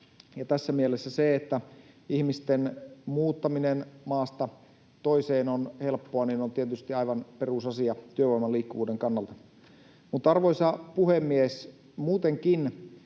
Tässä mielessä se, että ihmisten muuttaminen maasta toiseen on helppoa, on tietysti aivan perusasia työvoiman liikkuvuuden kannalta. Mutta, arvoisa puhemies, muutenkin